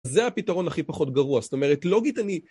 זה הפתרון הכי פחות גרוע, זאת אומרת, לוגית אני...